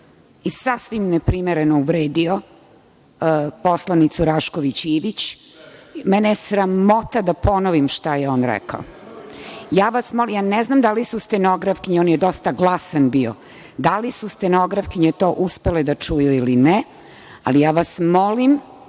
i sasvim neprimereno uvredio poslanicu Rašković Ivić. Mene je sramota da ponovim šta je on rekao. Ne znam da li su stenografkinje, bio je dosta glasan, da li su stenografkinje to uspele da čuju ili ne, ali molim